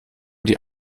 die